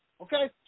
Okay